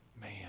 man